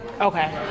Okay